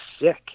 sick